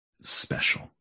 special